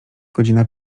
godzina